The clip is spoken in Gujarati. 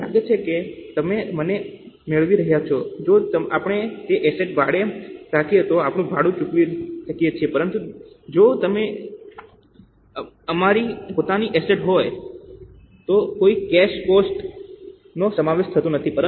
મને લાગે છે કે તમે મને મેળવી રહ્યા છો જો આપણે તે એસેટ ભાડે રાખીએ તો આપણે ભાડું ચૂકવી શકીએ છીએ પરંતુ જો તે અમારી પોતાની એસેટ હોય તો કોઈ કેશ કોસ્ટ નો સમાવેશ થતો નથી